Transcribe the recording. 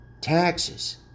taxes